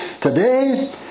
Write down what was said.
Today